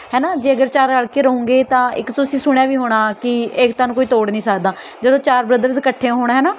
ਹੈ ਨਾ ਜੇ ਅਗਰ ਚਾਰ ਰਲ ਕੇ ਰਹੋਂਗੇ ਤਾਂ ਇੱਕ ਤੁਸੀਂ ਸੁਣਿਆ ਵੀ ਹੋਣਾ ਕਿ ਏਕਤਾ ਨੂੰ ਕੋਈ ਤੋੜ ਨਹੀਂ ਸਕਦਾ ਜਦੋਂ ਚਾਰ ਬ੍ਰਦਰਸ ਇਕੱਠੇ ਹੋਣ ਹੈ ਨਾ